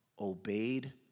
obeyed